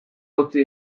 hautsi